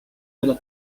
della